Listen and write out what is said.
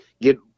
get